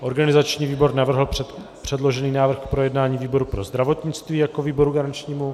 Organizační výbor navrhl předložený návrh k projednání výboru pro zdravotnictví jako výboru garančnímu.